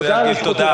תודה.